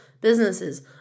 businesses